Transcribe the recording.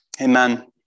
Amen